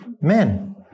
men